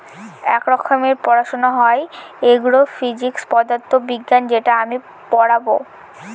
এক রকমের পড়াশোনা হয় এগ্রো ফিজিক্স পদার্থ বিজ্ঞান যেটা আমি পড়বো